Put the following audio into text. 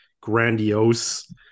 grandiose